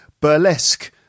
burlesque